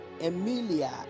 Emilia